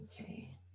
Okay